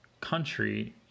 country